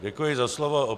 Děkuji za slovo.